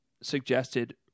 suggested